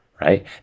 right